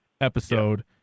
episode